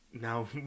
now